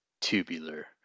Tubular